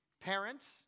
parents